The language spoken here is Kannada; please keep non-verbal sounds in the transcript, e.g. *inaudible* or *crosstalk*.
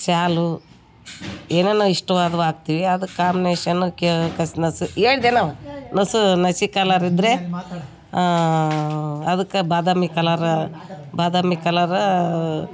ಶಾಲು ಏನನ್ನು ಇಷ್ಟವಾದವು ಹಾಕ್ತೀವಿ ಅದಕ್ಕೆ ಕಾಂಬಿನೇಷನ್ನು ಕಸ್ನಾಸು *unintelligible* ನಸು ನಸಿ ಕಲ್ಲರ್ ಇದ್ರೆ ಅದಕ್ಕೆ ಬಾದಾಮಿ ಕಲ್ಲರ್ ಬಾದಾಮಿ ಕಲ್ಲರ್